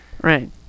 Right